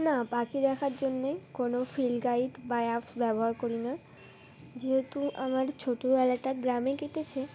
না পাখি দেখার জন্যে কোনো ফিল্ড গাইড বা অ্যাপস ব্যবহার করি না যেহেতু আমার ছোটোবেলাটা গ্রামে কেটেছে